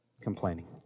complaining